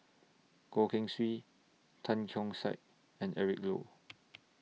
Goh Keng Swee Tan Keong Saik and Eric Low